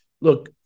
Look